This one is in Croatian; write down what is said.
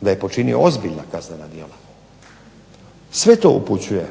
da je počinio ozbiljna kaznena djela sve to upućuje.